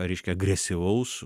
ryškiai agresyvaus